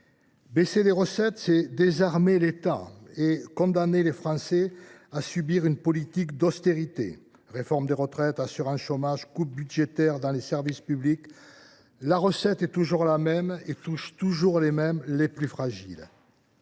Baisser les recettes, c’est désarmer l’État et condamner les Français à subir les effets d’une politique d’austérité réforme des retraites et de l’assurance chômage, coupes budgétaires dans les services publics. La recette est toujours la même et touche toujours les mêmes : les plus fragiles.